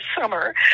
summer